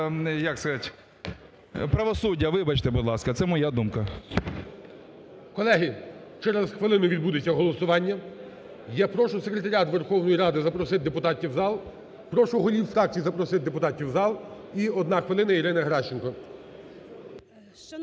Колеги, через хвилину відбудеться голосування. Я прошу Секретаріат Верховної Ради запросити депутатів в зал. Прошу голів фракцій запросити депутатів в залі. І, одна хвилина, Ірині Геращенко.